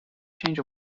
change